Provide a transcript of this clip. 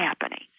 happening